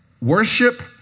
Worship